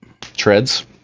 treads